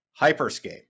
Hyperscape